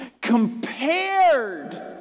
compared